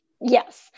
Yes